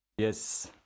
Yes